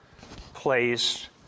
placed